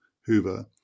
Hoover